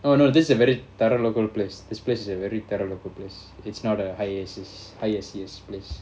oh no this a very தர:thara local place this place is very தர:thara local place it's not a high S_E_S high S_E_S place